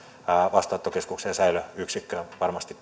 vastaanottokeskuksen säilöyksikköön varmasti